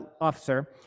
officer